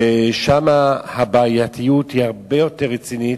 ושם הבעייתיות היא הרבה יותר רצינית.